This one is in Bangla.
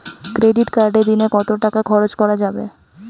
ক্রেডিট কার্ডে দিনে কত টাকা খরচ করা যাবে?